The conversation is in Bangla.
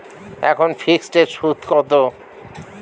এখন ফিকসড এর সুদ কত?